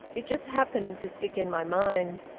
it just happened to stick in my mind.